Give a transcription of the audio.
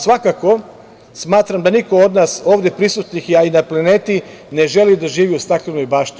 Svakako, smatram da niko od nas ovde prisutnih, a i na planeti, ne želi da živi u staklenoj bašti.